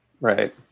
right